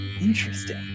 interesting